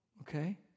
Okay